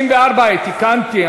94, תיקנתי.